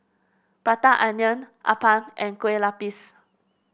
Prata Onion appam and Kue Lupis